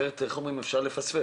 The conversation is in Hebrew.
כי אחרת אפשר לפספס.